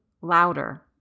louder